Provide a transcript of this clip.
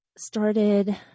started